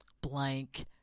blank